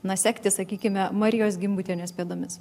na segti sakykime marijos gimbutienės pėdomis